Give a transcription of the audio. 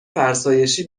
فرسایشی